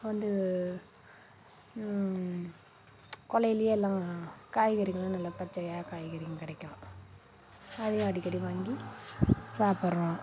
வந்து கொல்லையிலேயே எல்லாம் காய்கறிகள் எல்லாம் எல்லா காய்கறியும் கிடைக்கும் அதையும் அடிக்கடி வாங்கி சாப்பிட்றோம்